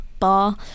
bar